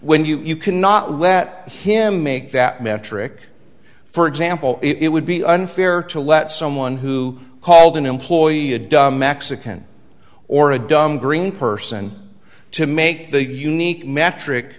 when you cannot let him make that metric for example it would be unfair to let someone who called an employee a dumb mexican or a dumb green person to make the unique metric